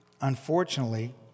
unfortunately